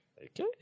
Okay